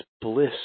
bliss